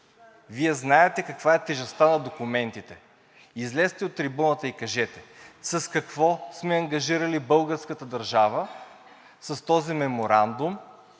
Вие знаете каква е тежестта на документите. Излезте от трибуната и кажете с какво сме ангажирали българската държава с този меморандум,